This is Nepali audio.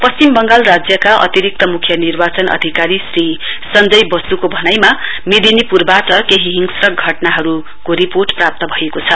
पश्चिम बंगाल राज्यका अतिरिक्त मुख्य निर्वाचन अधिकारी श्री संजय वसुको भनाइमा मेदिनीपुरबाट हिंसक घटनाहरू रिपोर्ट प्राप्त भएको छ